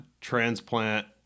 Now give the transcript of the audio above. transplant